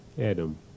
Adam